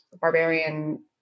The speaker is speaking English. Barbarian